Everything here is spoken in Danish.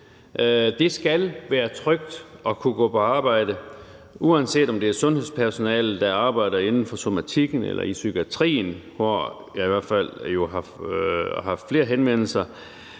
Det skal være trygt at gå på arbejde, uanset om det er sundhedspersonale, der arbejder inden for somatikken, eller i psykiatrien, som jeg har haft flere henvendelser